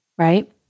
Right